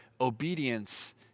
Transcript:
obedience